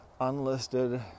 Unlisted